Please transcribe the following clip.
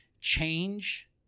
Change